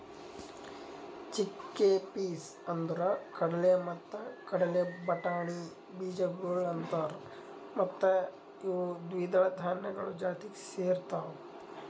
chickpeas ಅಂದುರ್ ಕಡಲೆ ಮತ್ತ ಕಡಲೆ ಬಟಾಣಿ ಬೀಜಗೊಳ್ ಅಂತಾರ್ ಮತ್ತ ಇವು ದ್ವಿದಳ ಧಾನ್ಯಗಳು ಜಾತಿಗ್ ಸೇರ್ತಾವ್